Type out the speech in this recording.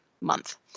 month